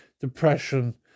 depression